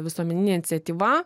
visuomeninė iniciatyva